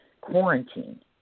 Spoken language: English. quarantine